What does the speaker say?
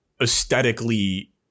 aesthetically